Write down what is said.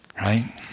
Right